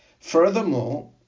Furthermore